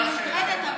אני מוטרדת.